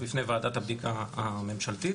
בפני וועדת הבדיקה הממשלתית,